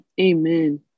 Amen